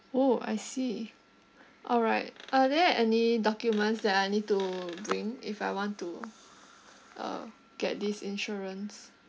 !woo! I see all right are there any documents that I need to bring if I want to uh get this insurance